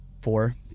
four